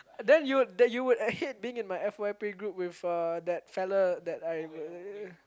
then you would that you would at hate being in my F_Y_P group with uh that fella that I uh